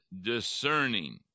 discerning